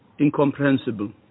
incomprehensible